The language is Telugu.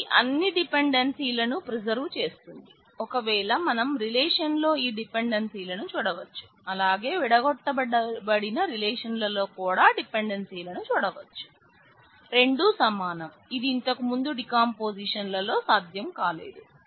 ఇది అన్ని డిపెండెన్సీలను ప్రిసర్వ్ సాధ్యం కాలేదు